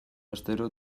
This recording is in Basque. astero